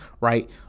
right